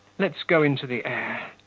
let's go into the air